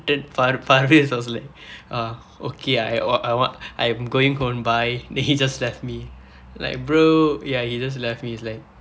then par~ parves was like ah okay I what I what I am going home bye then he just left me like bro ya he just left me is like